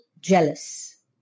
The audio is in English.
jealous